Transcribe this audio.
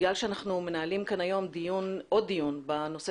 כיון שאנחנו מנהלים כאן היום עוד דיון בנושא